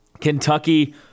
Kentucky